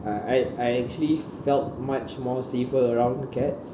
uh I I actually felt much more safer around cats